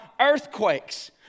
earthquakes